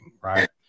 right